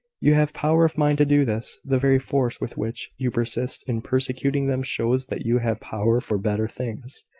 you have power of mind to do this the very force with which you persist in persecuting them shows that you have power for better things.